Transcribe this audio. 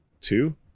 two